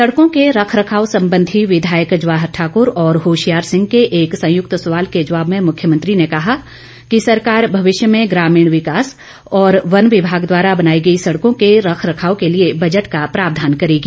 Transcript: सड़कों के रखरखाव संबंधी विधायक जवाहर ठाकर और होशियार सिंह के एक संयुक्त सवाल के जवाब में मुख्यमंत्री ने कहा कि सरकार भविष्य में ग्रामीण विकॉस और वन विभाग द्वारा बनाई गईे सड़कों के रखरखाव के ॅलिए बजट का प्रावधान करेगी